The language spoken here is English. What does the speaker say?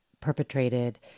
perpetrated